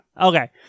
okay